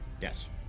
Yes